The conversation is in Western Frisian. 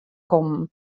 kommen